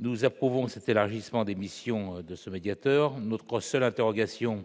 Nous approuvons l'élargissement des missions de ce médiateur. Notre seule interrogation